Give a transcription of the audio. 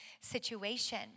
situation